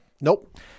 Nope